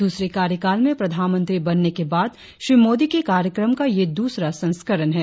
दूसरे कार्यकाल में प्रधानमंत्री बनने के बाद श्री मोदी के कार्यक्रम का यह दूसरा संस्करण है